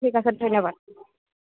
ঠিক আছে ধন্যবাদ